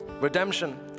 Redemption